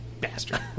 Bastard